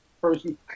person